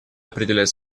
определять